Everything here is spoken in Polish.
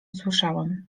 słyszałem